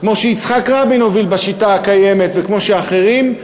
כמו שיצחק רבין הוביל בשיטה הקיימת וכמו שאחרים,